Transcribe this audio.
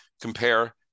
compare